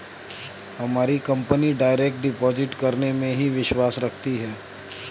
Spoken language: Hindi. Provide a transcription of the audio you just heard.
हमारी कंपनी डायरेक्ट डिपॉजिट करने में ही विश्वास रखती है